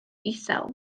isel